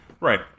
Right